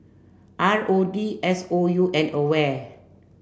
R O D S O U and AWARE